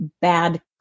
bad